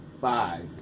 Five